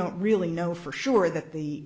don't really know for sure that the